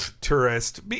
Tourist